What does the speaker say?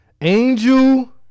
Angel